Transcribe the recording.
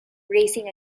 racing